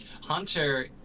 Hunter